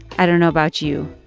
i don't know about you.